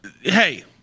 Hey